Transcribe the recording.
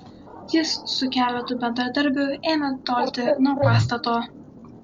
jis su keletu bendradarbių ėmė tolti nuo pastato